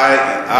מה אתה בורח?